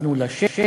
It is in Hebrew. נתנו לה שם,